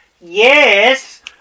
yes